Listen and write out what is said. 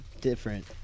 different